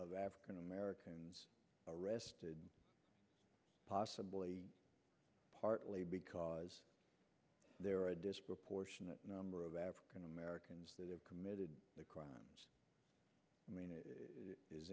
of african americans arrested possibly partly because there are a disproportionate number of african americans that have committed the crime i